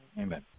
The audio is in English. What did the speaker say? amen